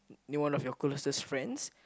name on of your closest friends